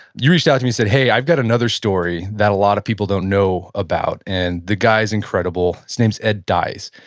you reached out to me, said, hey, i've got another story that a lot of people don't know about, and the guy's incredible. his name's ed dyess.